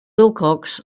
wilcox